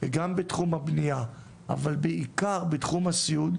גם בתחום הבנייה אבל בעיקר בתחום הסיעוד,